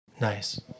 Nice